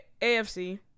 AFC